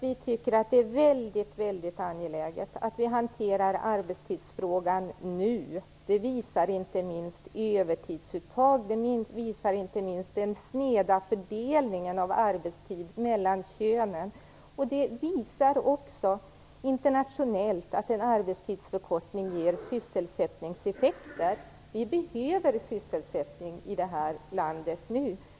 Vi tycker det är väldigt angeläget att hantera arbetstidsfrågan nu. Det visar inte minst övertidsuttagen och den sneda fördelningen av arbetstid mellan könen. Det visar sig också internationellt att en arbetstidsförkortning ger sysselsättningseffekter. Vi behöver sysselsättning i det här landet nu.